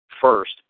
first